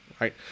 right